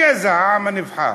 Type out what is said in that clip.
הגזע, העם הנבחר.